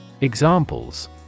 Examples